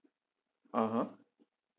(uh huh)